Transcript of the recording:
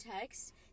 text